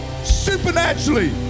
Supernaturally